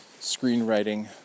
screenwriting